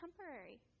temporary